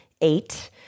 eight